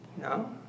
No